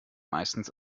meistens